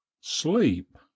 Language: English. sleep